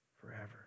forever